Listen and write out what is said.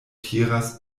tiras